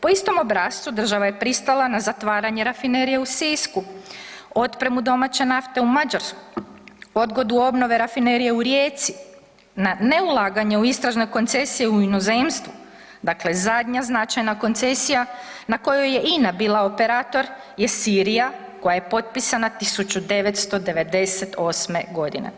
Po istom obrascu država je pristala na zatvaranje rafinerije u Sisku, otpremu domaće nafte u Mađarsku, odgodu obnove rafinerije u Rijeci, na neulaganja u istražne koncesije u inozemstvu, dakle zadnja značajna koncesija na kojoj je INA bila operator je Sirija koja je potpisana 1998. godine.